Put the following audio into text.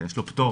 יש לו פטור.